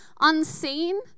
unseen